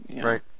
Right